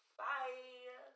bye